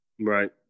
Right